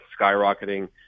skyrocketing